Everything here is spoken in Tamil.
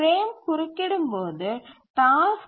பிரேம் குறுக்கிடும்போது டாஸ்க்